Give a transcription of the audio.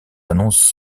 annonces